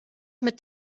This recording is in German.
mit